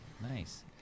Nice